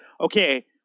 okay